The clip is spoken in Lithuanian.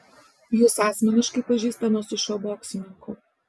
jūs asmeniškai pažįstamas su šiuo boksininku